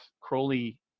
Crowley